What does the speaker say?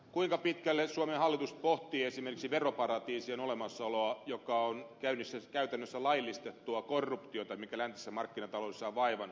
kuinka pitkälle suomen hallitus pohtii esimerkiksi veroparatiisien olemassaoloa joka on käytännössä laillistettua korruptiota mikä läntisessä markkinataloudessa on vaivannut